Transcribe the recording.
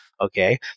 Okay